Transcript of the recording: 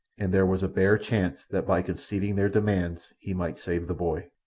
and there was a bare chance that by conceding their demands he might save the boy.